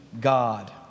God